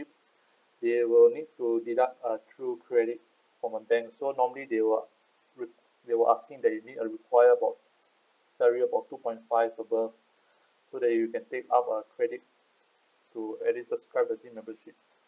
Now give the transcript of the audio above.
they will need to deduct uh through credit from a bank so normally they will they were asking that you meet a require about salary of about two point five above so that you can take up a credit to actually subscribe the gym membership